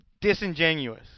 disingenuous